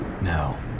Now